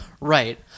Right